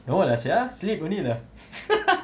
know what sia sleep only lah